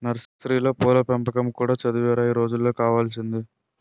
నర్సరీలో పూల పెంపకం కూడా చదువేరా ఈ రోజుల్లో కావాల్సింది